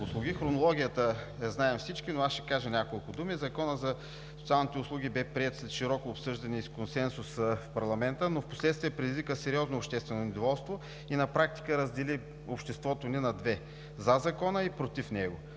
Хронологията я знаем всички, но аз ще кажа няколко думи. Законът за социалните услуги бе приет след широко обсъждане и с консенсус в парламента, но впоследствие предизвика сериозно обществено недоволство и на практика раздели обществото ни на две – за Закона и против него.